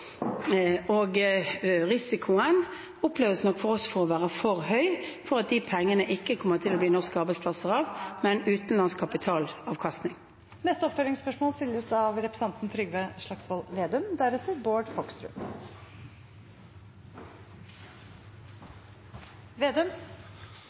Risikoen oppleves nok av oss å være for høy for at de pengene kommer det ikke til å bli norske arbeidsplasser av, men utenlandsk kapitalavkastning. Trygve Slagsvold Vedum – til oppfølgingsspørsmål.